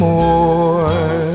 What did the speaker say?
more